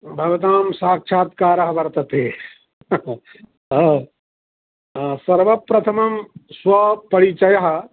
भवतां साक्षात्कारः वर्तते सर्वप्रथमं स्वपरिचयः